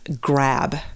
grab